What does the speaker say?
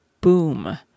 boom